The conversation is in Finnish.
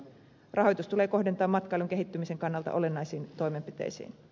rahoitus tulee kohdentaa matkailun kehittymisen kannalta olennaisiin toimenpiteisiin